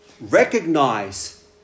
recognize